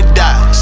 die